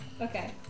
Okay